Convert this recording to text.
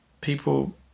people